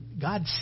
God